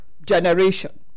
generation